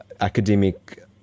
academic